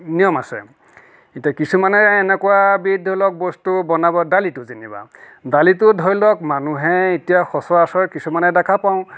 নিয়ম আছে এতিয়া কিছুমানে এনেকুৱা বিধ ধৰি লওক বস্তু বনাব দালিটো যেনিবা দালিটো ধৰি লওক মানুহে এতিয়া সচৰাচৰ কিছুমানে দেখা পাওঁ